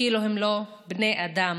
כאילו הם לא בני אדם?